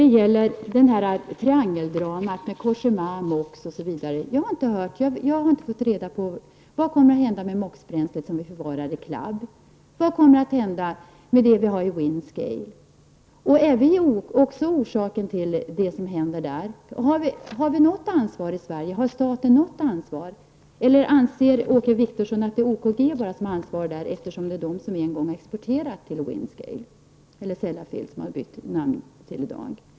Beträffande det här triangeldramat med Cogéma, MOX osv. har jag inte fått reda på vad som kommer att hända med MOX-bränslet som vi förvarar tills vidare. Och vad kommer att hända med det som vi har i Windscale? Vad är orsaken till det som händer där? Har den svenska staten något ansvar? Eller anser Åke Wictorsson att det bara är OKG som har ansvar där, eftersom det är OKG som en gång har exporterat till Windscale — som nu har bytt namn till Sellafield?